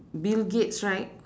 bill gates right